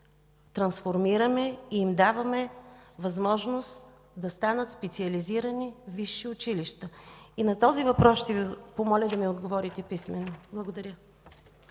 частни колежи и им даваме възможност да станат специализирани висши училища. И на този въпрос ще Ви помоля да ми отговорите писмено. Благодаря.